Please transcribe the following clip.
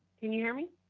can you hear me?